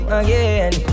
again